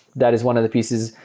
that is one of the pieces.